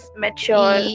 mature